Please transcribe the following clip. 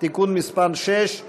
בקריאה